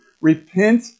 Repent